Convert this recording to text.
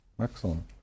Excellent